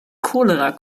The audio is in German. cholera